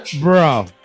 bro